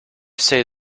say